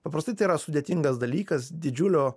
paprastai tai yra sudėtingas dalykas didžiulio